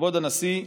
כבוד הנשיא,